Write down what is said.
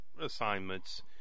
assignments